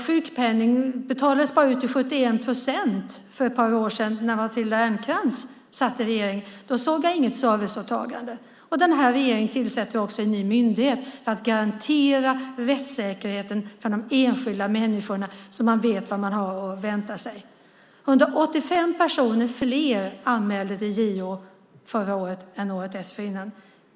Sjukpenningen betalades bara ut i 71 procent för ett par år sedan när Matilda Ernkrans satt med i regeringsunderlaget. Då såg jag inget serviceåtagande. Den här regeringen tillsätter också en ny myndighet för att garantera rättssäkerheten för de enskilda människorna, så man vet vad man har att vänta sig. 185 personer fler anmälde till JO förra året än året dessförinnan.